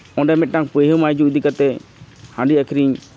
ᱚᱸᱰᱮ ᱢᱤᱫᱴᱟᱱ ᱯᱟᱹᱭᱦᱟᱹ ᱢᱟᱹᱭᱡᱩ ᱤᱫᱤ ᱠᱟᱛᱮᱫ ᱦᱟᱺᱰᱤ ᱟᱹᱠᱷᱨᱤᱧ